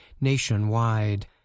nationwide